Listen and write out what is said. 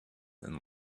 and